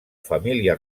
família